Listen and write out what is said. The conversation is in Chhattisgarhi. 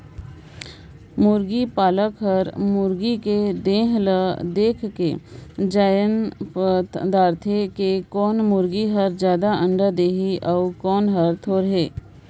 मुरगी पालक हर मुरगी के देह ल देखके जायन दारथे कि कोन मुरगी हर जादा अंडा देहि अउ कोन हर थोरहें